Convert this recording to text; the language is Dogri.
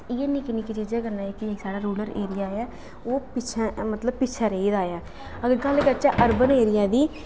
इ'यै निक्की निक्की चीज़ै कन्नै की साढ़ा रूरल एरिया ऐ ओह् पिच्छें मतलब पिच्छें रेही गेदा ऐ अगर गल्ल करचै अर्बन एरिया दी